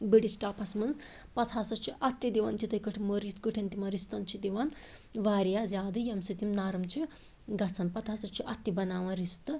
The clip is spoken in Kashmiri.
بٔڑِس ٹَپَس مَنٛز پَتہٕ ہَسا چھِ اتھ تہِ دِوان تِتھے کٔنۍ مٕر یِتھ کٲٹھۍ تِمن رِستَن چھِ دِوان واریاہ زیادٕ ییٚمہِ سۭتۍ تِم نرٕم چھِ گَژھان پَتہٕ ہَسا چھ اتھ تہِ بناوان رِستہٕ